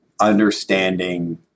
understanding